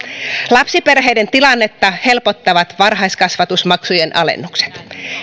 lapsiperheiden tilannetta helpottavat varhaiskasvatusmaksujen alennukset